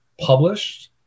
published